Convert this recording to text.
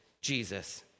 Jesus